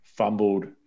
fumbled